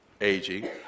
aging